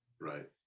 Right